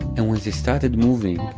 and when they started moving,